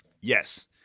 Yes